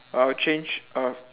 I would change uh